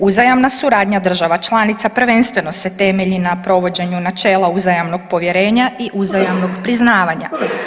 Uzajamna suradnja država članica prvenstveno se temelji na provođenju načela uzajamnog povjerenja i uzajamnog priznavanja.